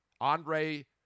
Andre